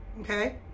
okay